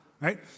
right